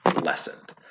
lessened